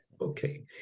Okay